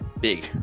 Big